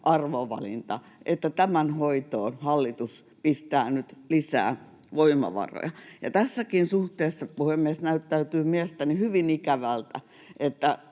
arvovalinta, että tämän hoitoon hallitus pistää nyt lisää voimavaroja. Tässäkin suhteessa, puhemies, näyttäytyy mielestäni hyvin ikävältä,